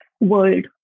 world